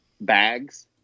bags